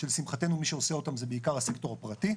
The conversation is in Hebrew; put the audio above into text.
שלשמחתנו מי שעושה אותם זה בעיקר הסקטור הפרטי.